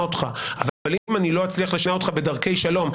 אותך אבל אם אני לא אצליח לשכנע אותך בדרכי שלום,